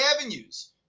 avenues